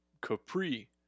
Capri